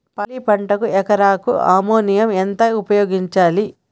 పల్లి పంటకు ఎకరాకు అమోనియా ఎంత ఉపయోగించాలి?